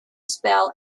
spell